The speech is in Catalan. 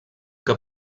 que